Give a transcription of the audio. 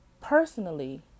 personally